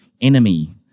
enemy